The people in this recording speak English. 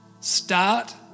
Start